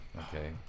Okay